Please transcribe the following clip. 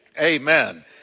amen